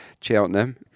Cheltenham